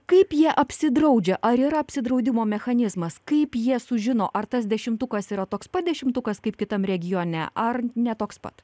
kaip jie apsidraudžia ar yra apsidraudimo mechanizmas kaip jie sužino ar tas dešimtukas yra toks pat dešimtukas kaip kitam regione ar ne toks pat